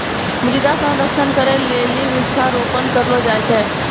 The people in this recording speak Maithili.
मृदा संरक्षण करै लेली वृक्षारोपण करलो जाय छै